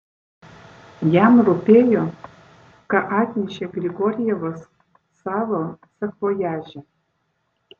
jam rūpėjo ką atnešė grigorjevas savo sakvojaže